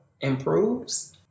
improves